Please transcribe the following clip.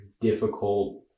difficult